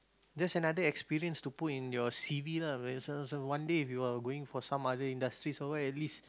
just another experience to put in your c_v lah so one day if you are going for some other industries or what at least